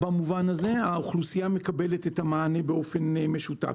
והאוכלוסייה מקבלת מענה באופן משותף.